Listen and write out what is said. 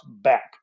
back